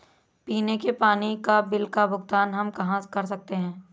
पीने के पानी का बिल का भुगतान हम कहाँ कर सकते हैं?